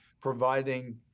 providing